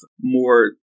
more